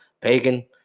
pagan